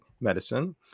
medicine